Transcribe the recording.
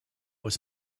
was